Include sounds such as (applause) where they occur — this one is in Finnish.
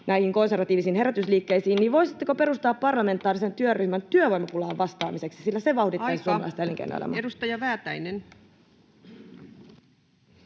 näihin konservatiivisiin herätysliikkeisiin, (noise) perustaisitte parlamentaarisen työryhmän työvoimapulaan vastaamiseksi, sillä se vauhdittaisi [Puhemies: Aika!] suomalaista elinkeinoelämää. Edustaja Väätäinen.